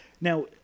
Now